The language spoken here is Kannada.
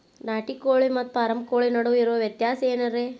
ನಾಟಿ ಕೋಳಿ ಮತ್ತ ಫಾರಂ ಕೋಳಿ ನಡುವೆ ಇರೋ ವ್ಯತ್ಯಾಸಗಳೇನರೇ?